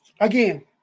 Again